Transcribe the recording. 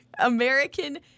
American